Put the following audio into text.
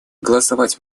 голосовать